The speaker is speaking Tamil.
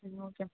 ம் ஓகே